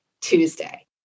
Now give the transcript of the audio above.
Tuesday